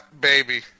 baby